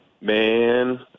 Man